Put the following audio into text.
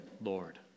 Lord